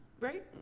right